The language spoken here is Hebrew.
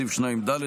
סעיף 2ד,